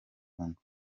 congo